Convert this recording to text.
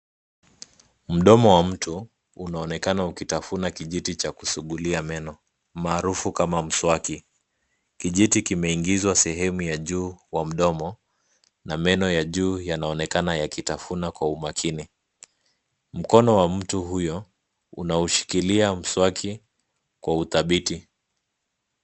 Mdomo wa mtu unaonekana ukitafuna kijiti cha kusugulia meno maarufu kama mswaki. Kijiti kimeingizwa sehemu ya juu wa mdomo na meno ya juu yanaonekana yakitafuna kwa umakini. Mkono wa mtu huyo unaoshikilia mswaki kwa udhabiti.